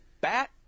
bat